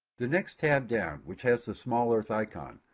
the next tab down which has the small earth icon,